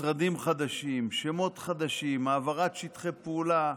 משרדים חדשים, שמות חדשים, העברת שטחי פעולה.